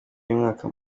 y’umwaka